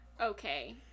okay